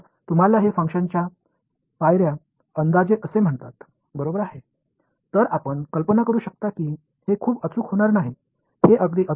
எனவே நீங்கள் நினைத்துப் பார்க்கிறபடி இது மிகவும் துல்லியமாக இருக்காது அதை மிகவும் துல்லியமாக செய்ய நான் என்ன செய்ய வேண்டும்